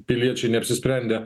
piliečiai neapsisprendę